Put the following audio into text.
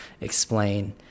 explain